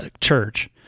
church